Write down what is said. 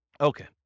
Okay